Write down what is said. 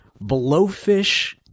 blowfish